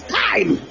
time